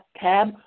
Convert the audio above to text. cab